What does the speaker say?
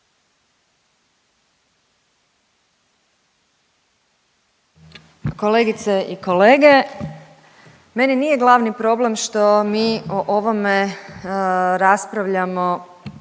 Kolegice i kolege, meni nije glavni problem što mi o ovome raspravljamo